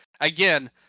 again